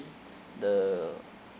the